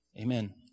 Amen